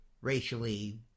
racially